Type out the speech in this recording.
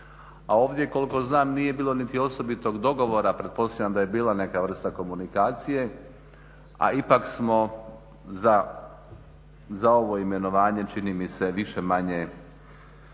a ovdje koliko znam nije bilo niti osobitog dogovora, pretpostavljam da je bila neka vrsta komunikacije a ipak smo za ovo imenovanje čini mi se više-manje